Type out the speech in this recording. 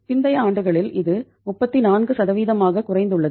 பிந்தைய ஆண்டுகளில் இது 34 ஆக குறைந்துள்ளது